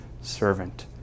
servant